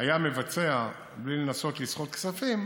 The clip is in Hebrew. היה מבצע בלי לנסות לסחוט כספים,